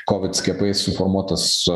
kovid skiepais suformuotas